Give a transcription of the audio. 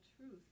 truth